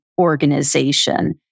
organization